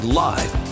live